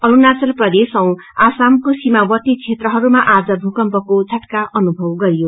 अरूणाचल प्रदेश र आसामको सीमावर्ती क्षेत्रहरूमा भूकम्पको झटाका महसूस गरियो